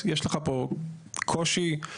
התיקון שהוצע להצעת החוק המקורית הוא תיקון שאנחנו בעדו.